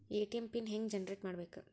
ATM PIN ಹೆಂಗ್ generate ಮಾಡಬೇಕು?